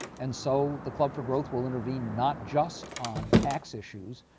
and so the club for growth will intervene not just on tax issues,